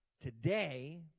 Today